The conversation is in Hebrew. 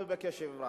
ובקשב רב.